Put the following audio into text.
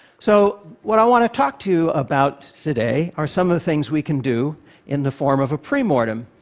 so what i want to talk to you about today are some of the things we can do in the form of a pre-mortem.